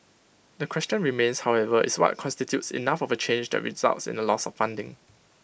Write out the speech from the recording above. the question remains however is what constitutes enough of A change that results in A loss of funding